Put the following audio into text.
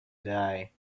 die